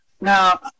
Now